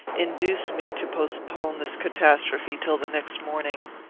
induced me to postpone this catastrophe till the next morning.